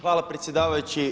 Hvala predsjedavajući.